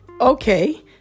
okay